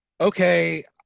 okay